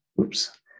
oops